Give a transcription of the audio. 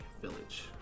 village